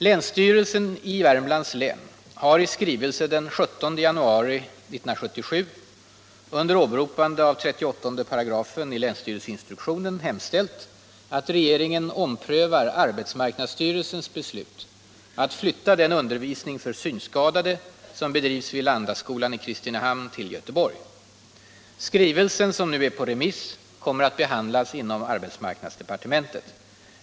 Länsstyrelsen i Värmlands län har i skrivelse den 17 januari 1977 under åberopande av 38 § länsstyrelseinstruktionen hemställt att regeringen omprövar arbetsmarknadsstyrelsens beslut att flytta den undervisning för synskadade som bedrivs vid Landaskolan i Kristinehamn till Göteborg. Skrivelsen, som nu är på remiss, kommer att behandlas inom arbetsmarknadsdepartementet.